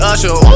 Usher